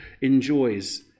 enjoys